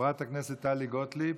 חברת הכנסת טלי גוטליב,